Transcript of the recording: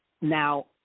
Now